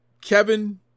Kevin